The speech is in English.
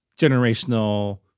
generational